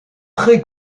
très